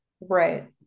Right